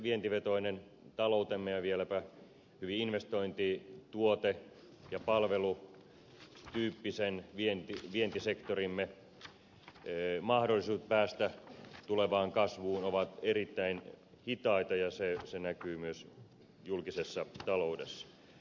vientivetoisen taloutemme ja vieläpä hyvin investointi tuote ja palvelutyyppisen vientisektorimme mahdollisuudet päästä tulevaan kasvuun ovat erittäin hitaita ja se näkyy myös julkisessa taloudessa